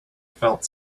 felt